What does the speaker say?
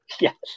Yes